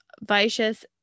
vicious